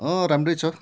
राम्रै छ